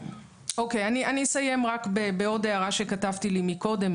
אסיים בעוד הערה שכתבתי לי קודם,